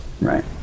right